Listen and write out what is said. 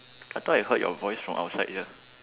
I thought I heard your voice from outside here